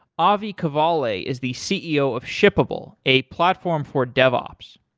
avi cavale is the ceo of shippable, a platform for devops.